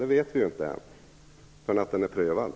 Det vet vi ju inte förrän den prövats.